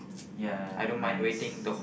ya nice